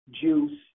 juice